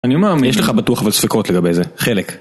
אני אומר, יש לך בטוח ספקות לגבי זה. חלק.